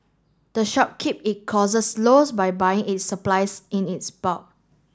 the shop keep it costs lows by buying its supplies in its bulk